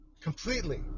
completely